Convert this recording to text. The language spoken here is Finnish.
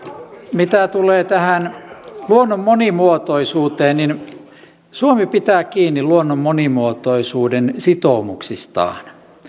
mitä tulee tähän luonnon monimuotoisuuteen niin suomi pitää kiinni luonnon monimuotoisuuden sitoumuksistaan